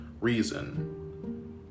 reason